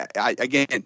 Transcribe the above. Again